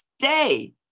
stay